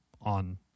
on